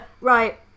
right